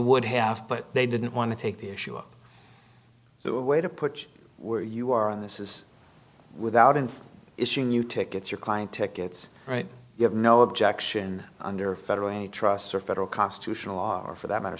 would have but they didn't want to take the issue of their way to put where you are on this is without an issue new tickets your client gets right you have no objection under a federal antitrust or federal constitutional law or for that matter